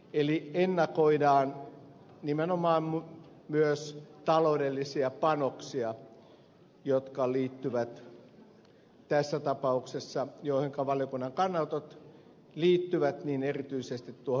eli ennakoidaan nimenomaan myös taloudellisia panoksia joihin valiokunnan kannanotot liittyvät ja jotka liittyvät tässä tapauksessa erityisesti tuohon pelastustoimintaan